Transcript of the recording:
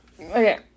Okay